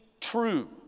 true